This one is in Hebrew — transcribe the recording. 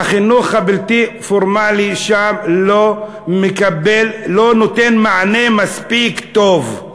והחינוך הבלתי-פורמלי שם לא נותן מענה מספיק טוב.